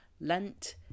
Lent